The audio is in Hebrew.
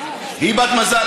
היא בת-מזל?